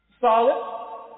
Solid